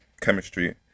chemistry